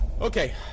Okay